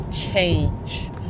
change